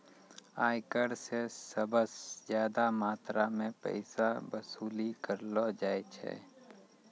आयकर स सबस ज्यादा मात्रा म पैसा वसूली कयलो जाय छै